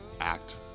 act